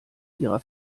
ihrer